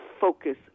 focus